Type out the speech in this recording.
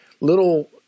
little